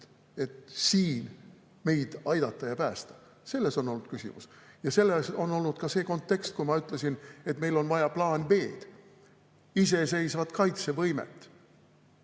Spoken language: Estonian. et siin meid aidata ja päästa. Selles on olnud küsimus ja see on olnud ka kontekst, kui ma ütlesin, et meil on vaja plaan B‑d, iseseisvat kaitsevõimet,